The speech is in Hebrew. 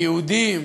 היהודים